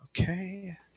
okay